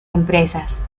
empresas